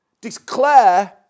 declare